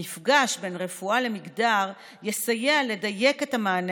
המפגש בין רפואה למגדר יסייע לדייק את המענה